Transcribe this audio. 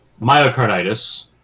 myocarditis